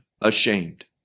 ashamed